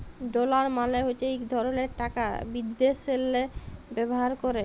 dollar মালে হছে ইক ধরলের টাকা বিদ্যাশেল্লে ব্যাভার ক্যরে